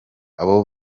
abo